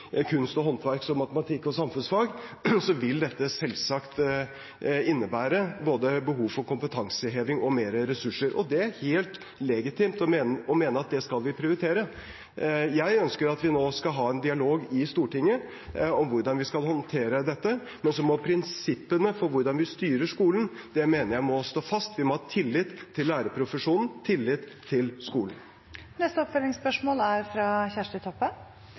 kunst- og håndverksfag, matematikk og samfunnsfag, vil dette selvsagt innebære behov for både kompetanseheving og mer ressurser. Og det er det helt legitimt å mene at vi skal prioritere. Jeg ønsker at vi nå skal ha en dialog i Stortinget om hvordan vi skal håndtere dette, men prinsippene for hvordan vi styrer skolen, mener jeg må stå fast. Vi må ha tillit til lærerprofesjonen, tillit til skolen. Kjersti Toppe – til oppfølgingsspørsmål. Når regjeringa ikkje følgjer opp eit heilt klart stortingsvedtak, er